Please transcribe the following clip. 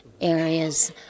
areas